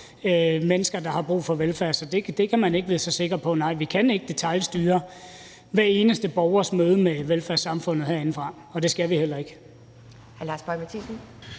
mennesker, der har brug for velfærd. Så det kan man ikke vide sig sikker på; nej, vi kan ikke detailstyre hver eneste borgers møde med velfærdssamfundet herindefra, og det skal vi heller ikke.